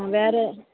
வேறு